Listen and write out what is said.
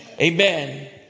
Amen